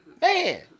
man